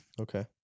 okay